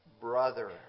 brother